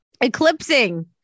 eclipsing